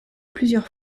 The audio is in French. plusieurs